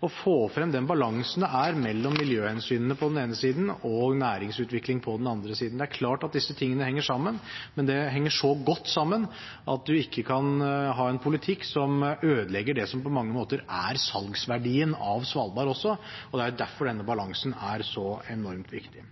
å få frem balansen mellom miljøhensynene på den ene siden og næringsutvikling på den andre. Det er klart at disse tingene henger sammen, men det henger så godt sammen at man ikke kan ha en politikk som ødelegger det som på mange måter er salgsverdien av Svalbard. Derfor er denne balansen så enormt viktig.